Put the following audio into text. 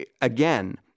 again